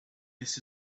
this